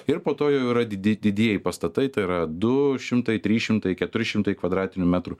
ir po to jau yra didi didieji pastatai tai yra du šimtai trys šimtai keturi šimtai kvadratinių metrų